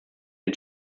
den